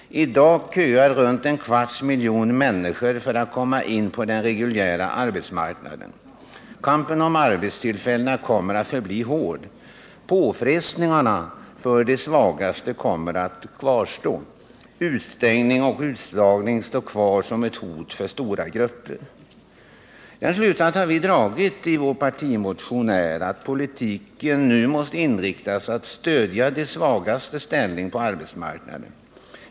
I dag köar i runt tal en kvarts miljon människor för att komma in på den reguljära arbetsmarknaden. Kampen om arbetstillfällena kommer att förbli hård. Påfrestningarna för de svagaste kommer att kvarstå. Utestängning och utslagning står kvar som hot för stora grupper. Den slutsats vi har dragit i vår partimotion är att politiken nu måste inriktas på att stödja de svagastes ställning på arbetsmarknaden.